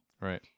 Right